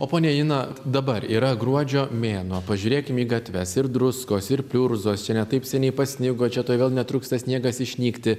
o ponia janina dabar yra gruodžio mėnuo pažiūrėkim į gatves ir druskos ir pliurzos čia ne taip seniai pasnigo čia tuoj vėl netruks tas sniegas išnykti